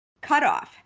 cutoff